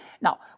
Now